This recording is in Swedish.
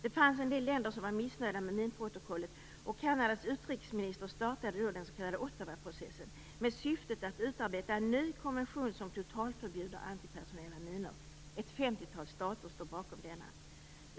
Det fanns en del länder som var missnöjda med minprotokollet, och Kanadas utrikesminister startade därför den s.k. Ottawaprocessen med syftet att utarbeta en ny konvention, som totalförbjuder antipersonella minor. Ett femtiotal stater står bakom denna.